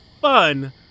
fun